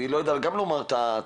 אני גם לא יודע לומר מה הסכום,